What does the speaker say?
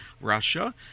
Russia